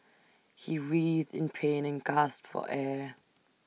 he writhed in pain and gasped for air